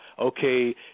okay